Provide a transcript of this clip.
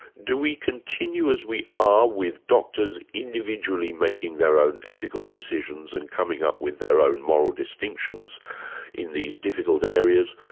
do we continue as we are with doctors individually making their own ethical decisions and coming up with their own moral distinctions in these difficult areas,